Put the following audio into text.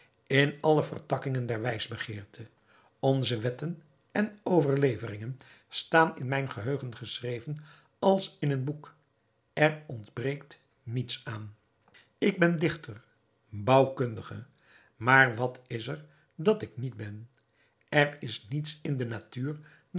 in alle vertakkingen der wijsbegeerte onze wetten en overleveringen staan in mijn geheugen geschreven als in een boek er ontbreekt niets aan ik ben dichter bouwkundige maar wat is er dat ik niet ben er is niets in de natuur